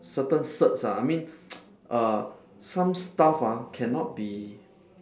certain certs ah I mean uh some stuff ah cannot be